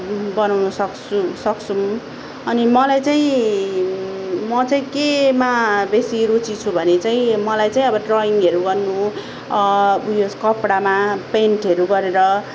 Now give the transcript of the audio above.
बनाउन सक्छु सक्छौँ अनि मलाई चाहिँ म चाहिँ केमा बेसी रूचि छु भने चाहिँ मलाई चाहिँ अब ड्रयिङहरू गर्नु उयेस कपडामा पेन्टहरू गरेर